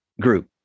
group